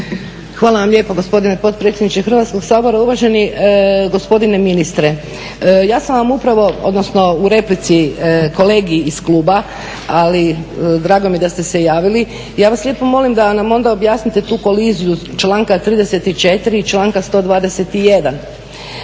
Hvala vam lijepo gospodine potpredsjedniče Hrvatskog sabora. Uvaženi gospodine ministre, ja sam u replici kolegi iz kluba, ali drago mi je da ste se javili, ja vas lijepo molim da nam objasnite tu koliziju članka 34.i članka 121.